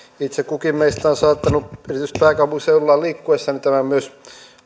itse kukin meistä on saattanut erityisesti pääkaupunkiseudulla liikkuessaan tämän myös